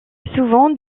souvent